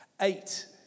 eight